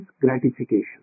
gratification